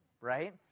right